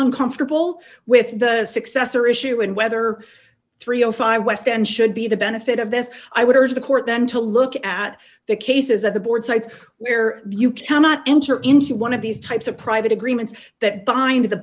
uncomfortable with the successor issue and whether three or five west end should be the benefit of this i would urge the court then to look at the cases that the board sites where you cannot enter into one of these types of private agreements that bind